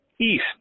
east